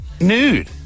Nude